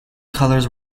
colors